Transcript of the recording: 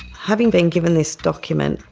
having been given this document,